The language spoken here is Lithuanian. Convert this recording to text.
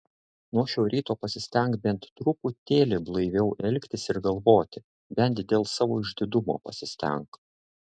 nuo šio ryto pasistenk bent truputėlį blaiviau elgtis ir galvoti bent dėl savo išdidumo pasistenk